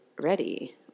ready